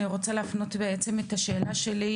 אני רוצה להפנות את השאלה שלי,